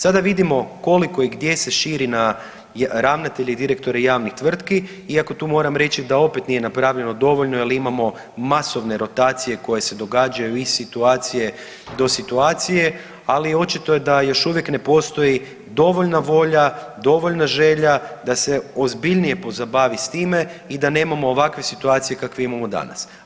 Sada vidimo koliko i gdje se širi na ravnatelje i direktore javnih tvrtki, iako tu moram reći da opet nije napravljeno dovoljno jer imamo masovne rotacije koje se događaju i situacije do situacije, ali očito je da još uvijek ne postoji dovoljna volja, dovoljna želja da se ozbiljnije pozabavi s time i da nemamo ovakve situacije kakve imamo danas.